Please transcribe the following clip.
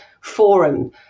forum